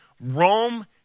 Rome